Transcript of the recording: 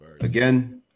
again